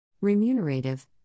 remunerative